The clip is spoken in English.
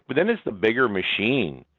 but then there's the bigger machine,